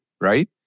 right